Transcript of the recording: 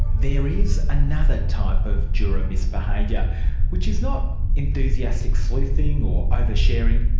there is another type of juror um misbehaviour which is not enthusiastic sleuthing or over-sharing,